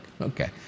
okay